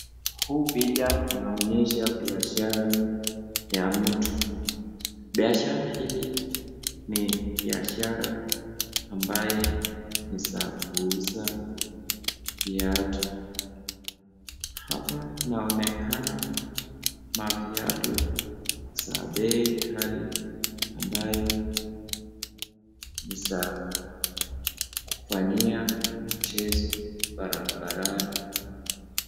Huu picha inaonyesha biashara ya mtu. Biashara hii ni biashara ambayo ni ya kuuza viatu. Hapa inaonekana na viatu za bei ghali ambayo ni za kufanyia mchezo barabarani.